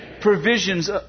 Provisions